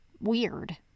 weird